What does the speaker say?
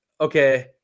okay